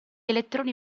elettroni